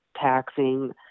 taxing